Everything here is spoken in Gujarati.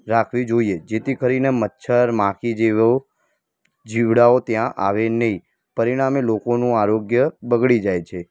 રાખવી જોઇએ જેથી કરીને મચ્છર માખી જેવા જીવડાંઓ ત્યાં આવે નહીં પરીણામે લોકોનું આરોગ્ય બગડી જાય છે